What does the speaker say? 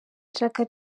chaka